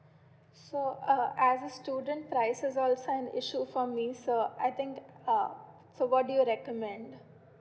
so uh as a student price is also an issue for me so I think um so what do you recommend